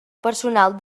personal